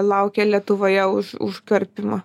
laukia lietuvoje už už karpymą